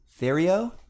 Therio